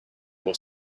will